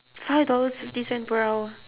five dollars fifty cent per hour